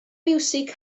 fiwsig